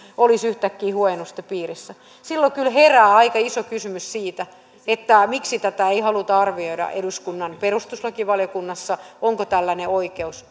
olisi yhtäkkiä huojennusten piirissä niin silloin kyllä herää aika iso kysymys siitä miksi ei haluta arvioida eduskunnan perustuslakivaliokunnassa onko tällainen oikeus